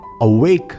awake